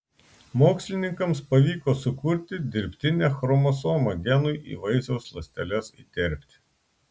mokslininkams pavyko sukurti dirbtinę chromosomą genui į vaisiaus ląsteles įterpti